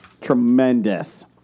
Tremendous